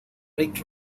rick